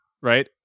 right